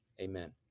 Amen